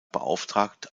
beauftragt